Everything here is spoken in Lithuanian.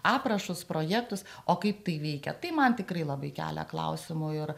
aprašus projektus o kaip tai veikia tai man tikrai labai kelia klausimų ir